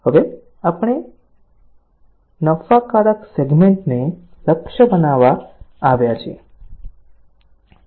હવે આપણે નફાકારક સેગમેન્ટને લક્ષ્ય બનાવવા આવ્યા છીએ